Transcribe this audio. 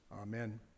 Amen